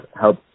help